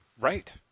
Right